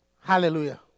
Hallelujah